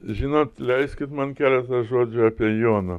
žinot leiskit man keletą žodžių apie joną